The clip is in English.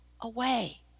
away